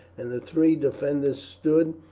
and the three defenders stood,